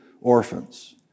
orphans